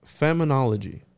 feminology